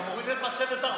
אתה מוריד את מצבת החובות.